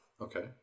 Okay